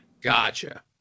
Gotcha